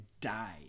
died